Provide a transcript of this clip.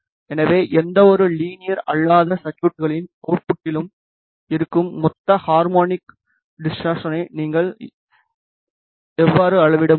எனவே எந்தவொரு லீனியர் அல்லாத சர்குய்ட்களின் அவுட்புட்டிலும் இருக்கும் மொத்த ஹார்மோனிக் டிசார்ட்சனை நீங்கள் எவ்வாறு அளவிட முடியும்